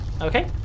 Okay